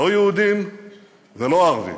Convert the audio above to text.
לא יהודים ולא ערבים.